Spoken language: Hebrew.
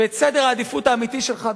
ואת סדר העדיפויות האמיתי שלך,